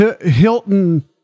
Hilton